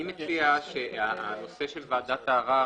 אני מציע שהנושא של ועדת הערר,